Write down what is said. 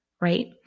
right